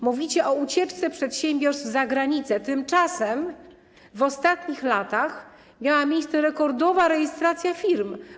Mówicie o ucieczce przedsiębiorstw za granicę, tymczasem w ostatnich latach miała miejsce rekordowa rejestracja firm.